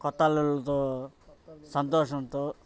కొత్త అల్లుళ్ళతో సంతోషంతో